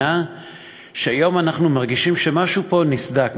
שהיום אנחנו מרגישים שמשהו פה נסדק,